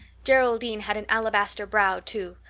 geraldine had an alabaster brow too.